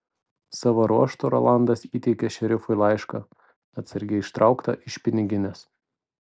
savo ruožtu rolandas įteikė šerifui laišką atsargiai ištrauktą iš piniginės